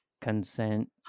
Consent